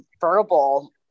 verbal